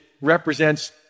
represents